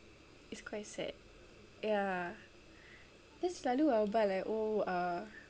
it's quite sad ya then selalu I will buy like oh uh